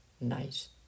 nice